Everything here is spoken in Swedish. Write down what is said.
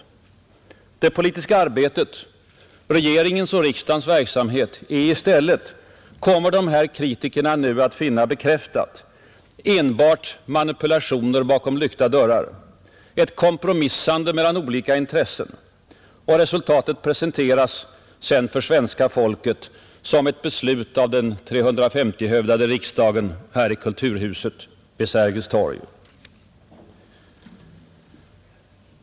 Det politiska arbetet, regeringens och riksdagens verksamhet är i stället, kommer dessa kritiker nu att finna bekräftat, enbart manipulationer inom lyckta dörrar, ett kompromissande mellan olika intressen, Resultatet presenteras sedan för svenska folket som ett beslut av den 350-hövdade riksdagen här i kulturhuset vid Sergels torg.